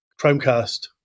Chromecast